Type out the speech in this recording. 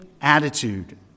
attitude